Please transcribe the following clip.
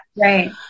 Right